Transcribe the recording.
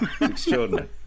extraordinary